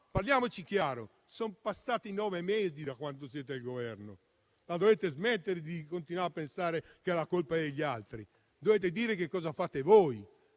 parliamoci chiaro: sono passati nove mesi da quando siete al Governo. La dovete smettere di continuare a pensare che la colpa è degli altri. Dovete dire che cosa fate voi.